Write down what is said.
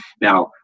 Now